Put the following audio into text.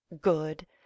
good